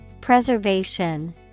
Preservation